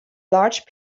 large